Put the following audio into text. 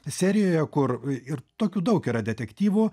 serijoje kur ir tokių daug yra detektyvų